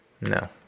no